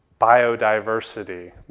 biodiversity